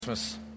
Christmas